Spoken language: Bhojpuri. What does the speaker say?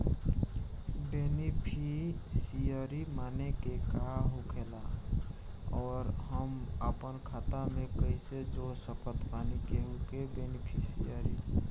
बेनीफिसियरी माने का होखेला और हम आपन खाता मे कैसे जोड़ सकत बानी केहु के बेनीफिसियरी?